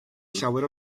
llawer